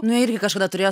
nu irgi kažkada turėjo